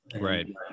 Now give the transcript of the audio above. Right